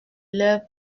leurs